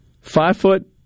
five-foot